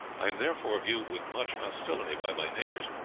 i am therefore viewed with much hostility by my neighbours,